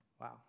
Wow